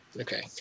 Okay